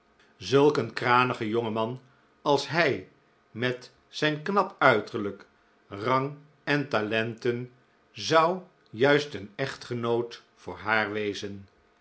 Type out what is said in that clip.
zulk een kranige jonge man als hij met zijn knap uiterlijk rang en talenten zou juist een echtgenoot voor haar wezen